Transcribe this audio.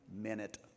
minute